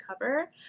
cover